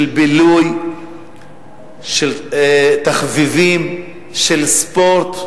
של בילוי, של תחביבים, של ספורט?